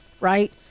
right